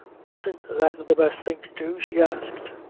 wasn't that the best thing to do? she asked.